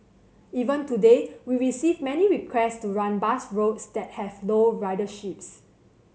even today we receive many requests to run bus routes that have low ridership